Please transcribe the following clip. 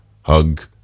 hug